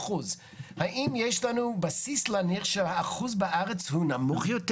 האם יש לנו בסיס להניח שהאחוז בארץ הוא נמוך יותר?